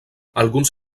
alguns